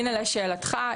לשאלתך,